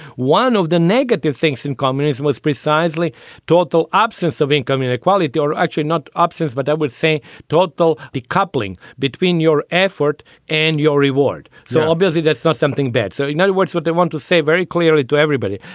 one of the negative things in communism was precisely total absence of income inequality or actually not absence. but that would say total decoupling between your effort and your reward. so obviously that's not something bad. so in other words, what they want to say very clearly to everybody.